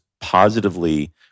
positively